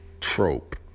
trope